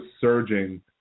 surging